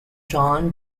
john